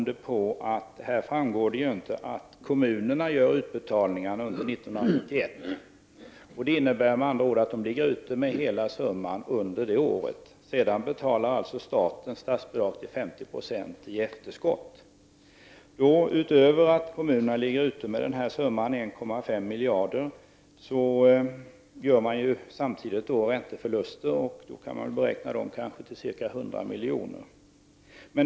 Det framgår exempelvis inte att kommunerna gör utbetalningarna under 1991. Det innebär med andra ord att de ligger ute med hela summan under året. Staten betalar 50 Io i statsbidrag i efterskott. Utöver att kommunerna ligger ute med 1,5 miljarder gör de samtidigt ränteförluster som kan beräknas uppgå till ca 100 milj.kr.